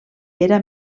era